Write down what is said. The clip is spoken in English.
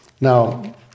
Now